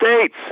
States